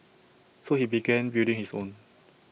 so he began building his own